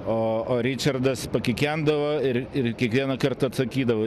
o o ričardas pakikendavo ir ir kiekvienąkart atsakydavo